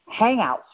Hangouts